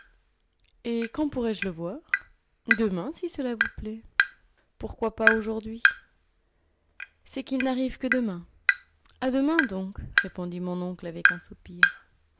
et quand pourrai-je le voir demain si cela vous plaît pourquoi pas aujourd'hui c'est qu'il n'arrive que demain a demain donc répondit mon oncle avec un soupir